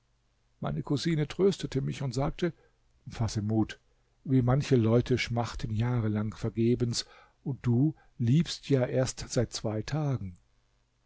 meine cousine tröstete mich und sagte fasse mut wie manche leute schmachten jahrelang vergebens und du liebst ja erst seit zwei tagen